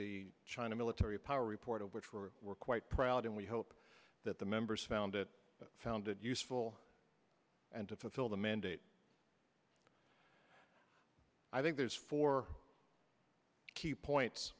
the china military power report of which were quite proud and we hope that the members found it found it useful and to fulfill the mandate i think there's four key points